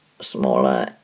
smaller